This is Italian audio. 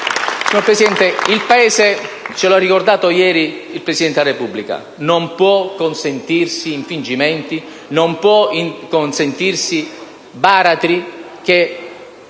signor Presidente, il Paese, come ha ricordato ieri il Presidente della Repubblica, non può consentirsi infingimenti e baratri, che